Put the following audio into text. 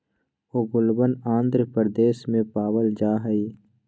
ओंगोलवन आंध्र प्रदेश में पावल जाहई